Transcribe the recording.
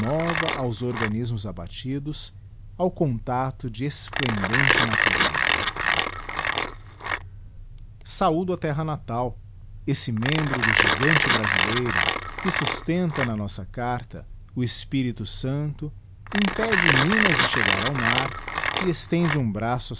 nova aos organismos abatidos ao contacto de explendente natureza saúdo a terra natal esse membro do gigante brasileiro que sustenta na nossa carta o espirltosanto impede minas de chegar ao mar e estende um braço